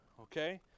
Okay